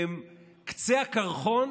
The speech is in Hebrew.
הם קצה הקרחון